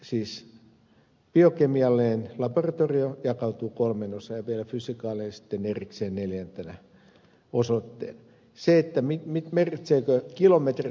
siis biokemiallinen laboratorio jakautuu kolmeen osaan ja vielä fysikaalinen on sitten erikseen neljäntenä osoitteena sekä mi mitä merkitsee noin kilometrin